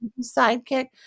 sidekick